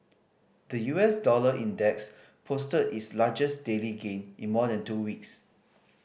the U S dollar index posted its largest daily gain in more than two weeks